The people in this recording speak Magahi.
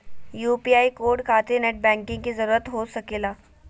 यू.पी.आई कोड खातिर नेट बैंकिंग की जरूरत हो सके ला?